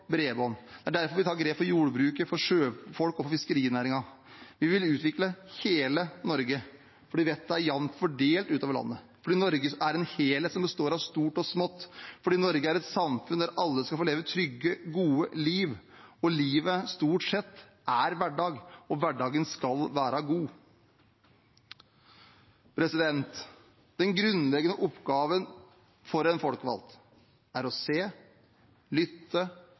bredbånd. Og det er derfor vi tar grep for jordbruket, for sjøfolk og for fiskerinæringen. Vi vil utvikle hele Norge – fordi vettet er jevnt fordelt utover landet, fordi Norge er en helhet som består av stort og smått, fordi Norge er et samfunn der alle skal få leve et trygt, godt liv, og livet stort sett er hverdag, og hverdagen skal være god. Den grunnleggende oppgaven for en folkevalgt er å se, lytte,